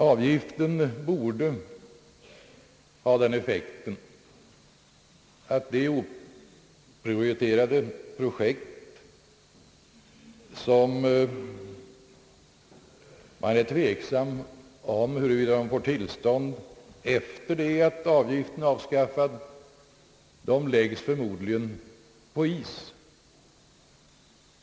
Avgiften borde ha den effekten att de oprioriterade projekt, som väntas inte få tillstånd sedan avgiften avskaffats, läggs på is.